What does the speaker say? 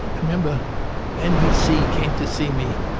i remember nbc came to see me.